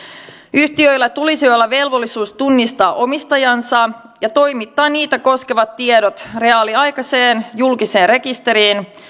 yhtiöillä tulisi olla velvollisuus tunnistaa omistajansa ja toimittaa niitä koskevat tiedot reaaliaikaiseen julkiseen rekisteriin